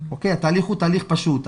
התהליך הוא תהליך פשוט.